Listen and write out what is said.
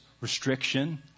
restriction